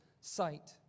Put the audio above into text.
sight